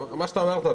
מה שאמרת,